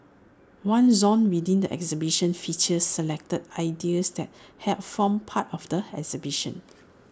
one zone within the exhibition features selected ideas that helped form part of the exhibition